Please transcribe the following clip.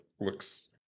looks